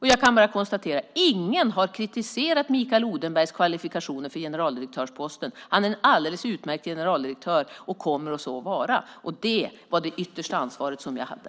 Jag kan bara konstatera att ingen har kritiserat Mikael Odenbergs kvalifikationer för generaldirektörsposten. Han är en alldeles utmärkt generaldirektör och kommer att så vara. Och det var det yttersta ansvar som jag hade.